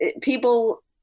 people